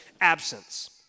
absence